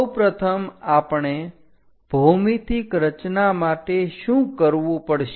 સૌપ્રથમ આપણે ભૌમિતિક રચના માટે શું કરવું પડશે